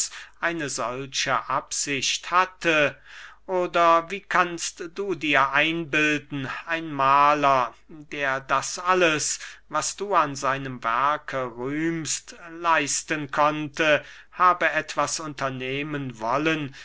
eine solche absicht hatte oder wie kannst du dir einbilden ein mahler der das alles was du an seinem werke rühmst leisten konnte habe etwas unternehmen wollen